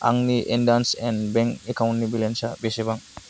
आंनि IndusInd bank एकाउन्टनि बेलेन्सा बेसेबां